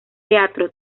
teatro